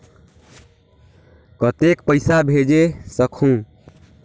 कतेक पइसा भेज सकहुं?